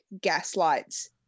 gaslights